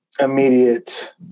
immediate